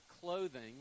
clothing